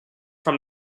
from